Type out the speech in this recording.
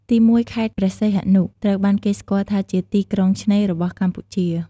ទីមួយ ខេត្តព្រះសីហនុ ត្រូវបានគេស្គាល់ថាជា "ទីក្រុងឆ្នេរ" របស់កម្ពុជា។